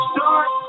Start